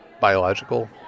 biological